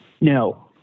No